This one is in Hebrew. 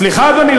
סליחה, אדוני.